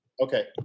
okay